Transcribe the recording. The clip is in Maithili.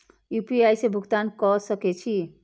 यू.पी.आई से भुगतान क सके छी?